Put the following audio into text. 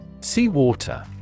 Seawater